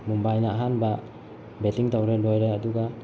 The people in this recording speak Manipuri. ꯃꯨꯝꯕꯥꯏꯅ ꯑꯍꯥꯟꯕ ꯕꯦꯠꯇꯤꯡ ꯇꯧꯔꯦ ꯂꯣꯏꯔꯦ ꯑꯗꯨꯒ